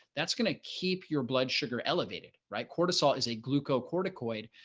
that's going to keep your blood sugar elevated, right? cortisol is a glucocorticoid.